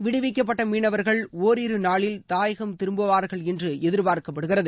விடுவிக்கப்பட்ட மீனவர்கள் ஒரிரு நாளில் தாயகம் திரும்புவார்கள் என்று எதிர்பார்க்கப்படுகிறது